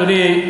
אדוני,